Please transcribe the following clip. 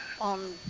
on